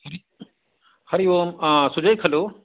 हरि ओम् सुजय् खलु